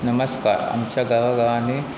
नमस्कार आमच्या गांवा गांवांनी